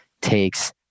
takes